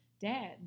dad